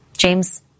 James